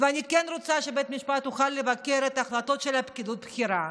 ואני כן רוצה שבית המשפט יוכל לבקר החלטות של פקידות בכירה,